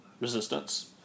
resistance